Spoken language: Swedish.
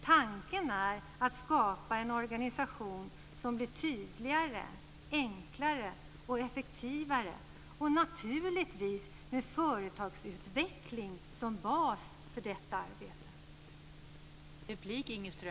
Tanken är att skapa en organisation som blir tydligare, enklare och effektivare, och naturligtvis med företagsutveckling som bas för detta arbete.